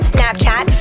Snapchat